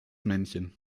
männchen